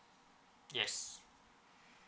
yes